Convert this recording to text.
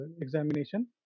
examination